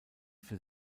für